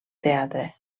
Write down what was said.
teatre